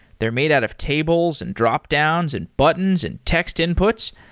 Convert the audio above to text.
they're made out of tables, and dropdowns, and buttons, and text inputs.